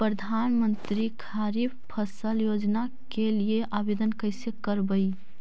प्रधानमंत्री खारिफ फ़सल योजना के लिए आवेदन कैसे करबइ?